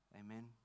Amen